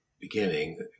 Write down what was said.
beginning